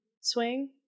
swing